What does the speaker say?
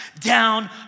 down